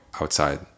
outside